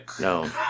No